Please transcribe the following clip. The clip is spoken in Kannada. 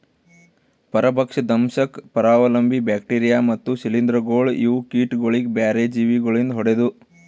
ಪರಭಕ್ಷ, ದಂಶಕ್, ಪರಾವಲಂಬಿ, ಬ್ಯಾಕ್ಟೀರಿಯಾ ಮತ್ತ್ ಶ್ರೀಲಿಂಧಗೊಳ್ ಇವು ಕೀಟಗೊಳಿಗ್ ಬ್ಯಾರೆ ಜೀವಿ ಗೊಳಿಂದ್ ಹೊಡೆದು